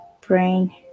brain